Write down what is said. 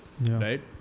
Right